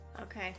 Okay